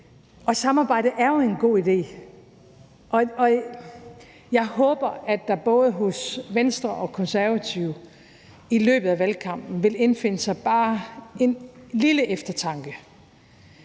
Samarbejde er jo en god idé, og jeg håber, at der både hos Venstre og Konservative i løbet af valgkampen vil indfinde sig bare en lille eftertanke.